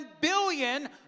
billion